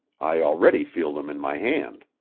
i already feel them in my hand.